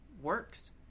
works